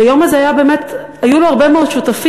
היום הזה היו לו הרבה מאוד שותפים.